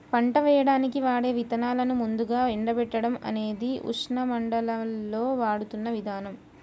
పంట వేయడానికి వాడే విత్తనాలను ముందుగా ఎండబెట్టడం అనేది ఉష్ణమండలాల్లో వాడుతున్న విధానం